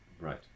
Right